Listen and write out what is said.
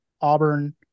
Auburn